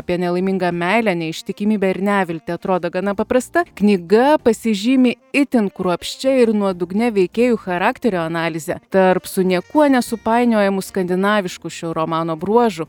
apie nelaimingą meilę neištikimybę ir neviltį atrodo gana paprasta knyga pasižymi itin kruopščia ir nuodugnia veikėjų charakterių analize tarp su niekuo nesupainiojamu skandinavišku šio romano bruožu